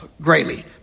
greatly